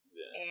Yes